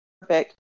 perfect